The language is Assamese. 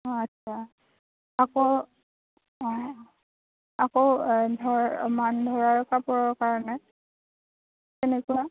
অ' আচ্ছা আকৌ আকৌ ধৰ মানধৰাৰ কাপোৰৰ কাৰণে কেনেকুৱা